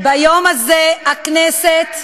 תעזבי את האיומים, ביום הזה, הכנסת,